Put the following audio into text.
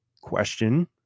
question